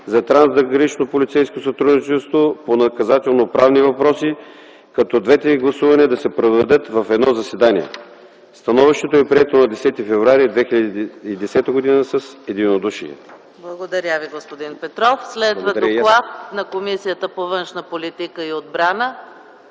за трансгранично полицейско сътрудничество по наказателноправни въпроси, като двете гласувания да се проведат в едно заседание. Становището е прието на 10 февруари 2010 г. с единодушие.”